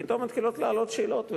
פתאום מתחילות לעלות שאלות.